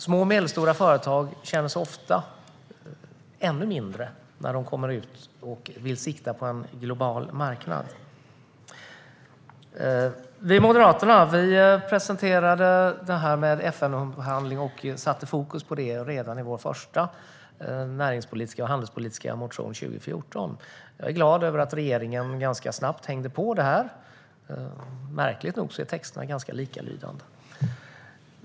Små och medelstora företag känner sig ofta ännu mindre när de kommer ut och vill sikta på en global marknad. Vi i Moderaterna presenterade det här med FN-upphandling och satte fokus på det redan i vår första närings och handelspolitiska motion 2014. Jag är glad över att regeringen ganska snabbt hängde på. Märkligt nog är texterna ganska likalydande.